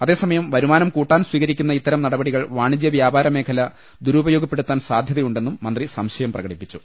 അതേ സമയം വരുമാനം കൂട്ടാൻ സ്വീകരിക്കുന്ന ഇത്തരം നട പടികൾ വാണിജ്യവ്യാപാരമേഖല ദുരുപയോഗപ്പെടുത്താൻ സാധ്യതയു ണ്ടെന്നും മന്ത്രി സംശയം പ്രകടിപ്പിച്ചു